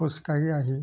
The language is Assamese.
খোজকাঢ়ি আহি